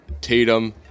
Tatum